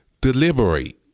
Deliberate